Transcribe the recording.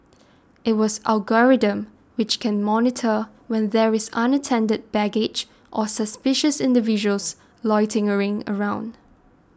it has algorithms which can monitor when there is unattended baggage or suspicious individuals loitering around